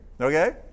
okay